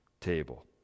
table